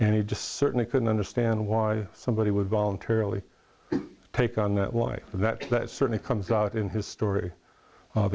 and he just certainly couldn't understand why somebody would voluntarily take on that lie and that that certainly comes out in his story